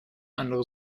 andere